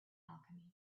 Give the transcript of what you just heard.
alchemy